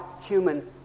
human